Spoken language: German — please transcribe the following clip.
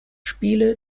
spiele